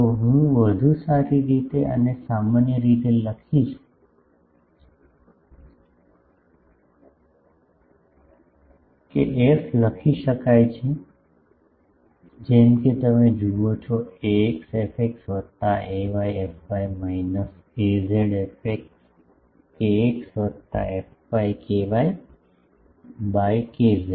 તો હું વધુ સારી રીતે અને સામાન્ય રીતે લખીશ કે એફ લખી શકાય છે જેમ કે તમે જુઓ છો ax fx વત્તા ay fy minus az fx kx વત્તા fy ky by kz